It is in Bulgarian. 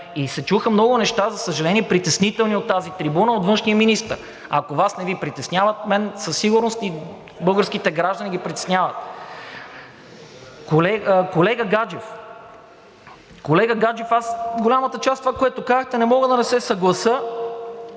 И се чуха много неща, за съжаление, притеснителни, от тази трибуна от външния министър. Ако Вас не Ви притесняват, мен със сигурност и българските граждани ги притесняват. Колега Гаджев, аз с голямата част от това, което казахте, не мога да не се съглася.